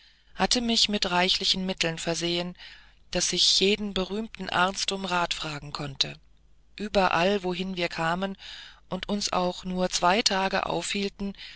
hatte mich mit reichlichen mitteln versehen daß ich jeden berühmten arzt um rat fragen konnte überall wohin wir kamen und uns auch nur zwei tage aufhielten